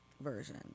version